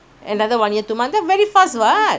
another one year two months then very fast what